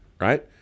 right